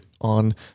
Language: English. on